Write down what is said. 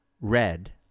red